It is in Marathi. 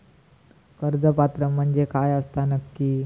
कर्ज पात्र म्हणजे काय असता नक्की?